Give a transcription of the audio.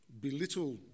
belittle